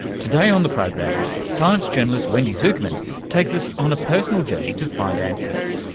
today on the program, science journalist wendy zukerman takes us on a personal journey to find answers.